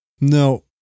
no